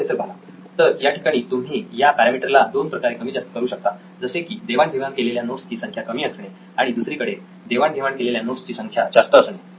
professor Bala तर याठिकाणी तुम्ही या पॅरामीटर ला दोन प्रकारे कमी जास्त करू शकता जसे की देवाण घेवाण केलेल्या नोट्स ची संख्या कमी असणे आणि दुसरीकडे देवाण घेवाण केलेल्या नोट्स ची संख्या जास्त असणे